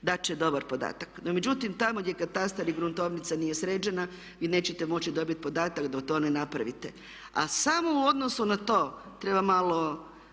dat će dobar podatak. No međutim, tamo gdje katastar i gruntovnica nije sređena vi nećete moći dobiti podatak dok to ne napravite. A samo u odnosu na to treba malo